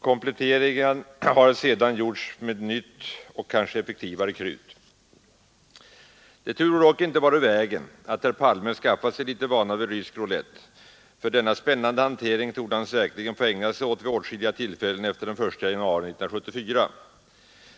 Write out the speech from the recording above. Kompletteringen har sedan gjorts med nytt och kanske effektivare krut. Det torde dock inte vara ur vägen att herr Palme skaffar sig litet vana vid rysk roulett, för denna spännande hantering torde han säkerligen få ägna sig åt vid åtskilliga tillfällen efter den 1 januari 1974.